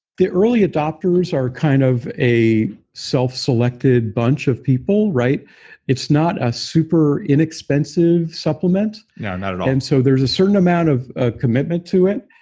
the early adopters are kind of a self-selected bunch of people. it's not a super inexpensive supplement no, not at all and so there's a certain amount of ah commitment to it.